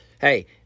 Hey